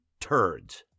turds